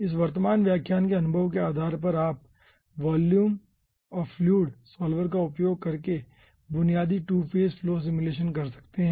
इस वर्तमान व्याख्यान के अनुभव के आधार पर आप फ्लूइड वॉल्यूम सॉल्वर का उपयोग करके बुनियादी टू फेज़ फलो सिमुलेशन कर सकते हैं